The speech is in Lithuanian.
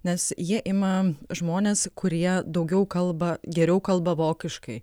nes jie ima žmones kurie daugiau kalba geriau kalba vokiškai